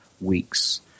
week's